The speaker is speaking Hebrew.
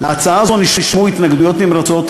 להצעה זו נשמעו התנגדויות נמרצות,